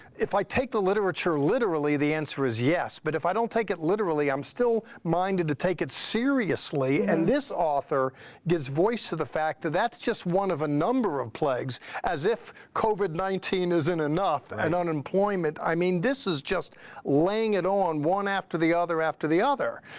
if i take the literature literally, the answer is yes, but if i don't take it literally, i'm still minded to take it seriously, and this author author gives voice to the fact that that's just one of a number of plagues as if covid nineteen isn't enough and unemployment. i mean, this is just laying it on one after the other after the other.